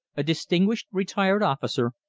a distinguished retired officer,